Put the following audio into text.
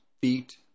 feet